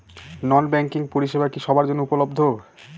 নন banking পরিষেবা কি সবার জন্য উপলব্ধ?